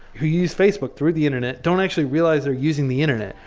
who use facebook through the internet, don't actually realize they're using the internet.